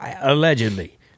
allegedly